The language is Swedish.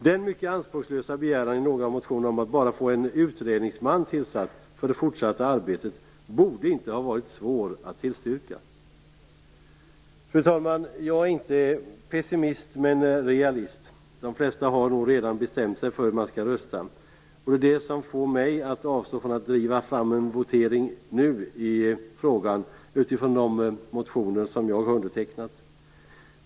Den mycket anspråkslösa begäran i några av motionerna om att bara få en utredningsman tillsatt för det fortsatta arbetet borde inte ha varit svår att tillstyrka. Fru talman! Jag är inte pessimist men realist - de flesta har nog redan bestämt sig för hur man skall rösta - och det är det som får mig att avstå från att driva fram en votering i frågan nu, utifrån de motioner som jag har undertecknat.